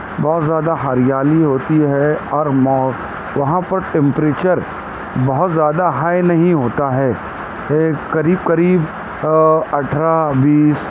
بہت زیادہ ہریالی ہوتی ہے ہر مو وہاں پر ٹمپریچر بہت زیادہ ہائی نہیں ہوتا ہے ایک قریب قریب اٹھرہ بیس